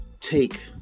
Take